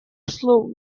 slowly